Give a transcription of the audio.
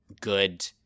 good